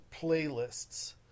playlists